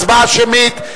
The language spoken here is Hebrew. הצבעה שמית,